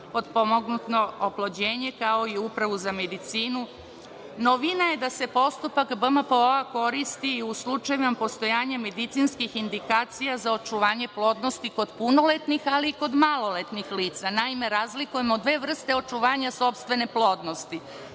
biopotpomognuto opolođenje, kao i upravu za medicinu. Novina je da se postupak BMPO-a koristi u slučajevima postojanja medicinskih indikacija za očuvanje plodnosti kod punoletnih, ali i kod maloletnih lica. Naime, razlikujemo dve vrste očuvanja sopstvene plodnosti